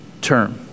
term